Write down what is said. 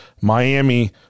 Miami